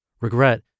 Regret